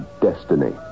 destiny